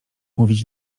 mówić